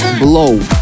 Blow